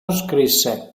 scrisse